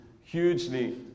hugely